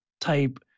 type